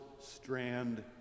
strand